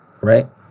right